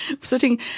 Sitting